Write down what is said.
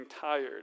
tired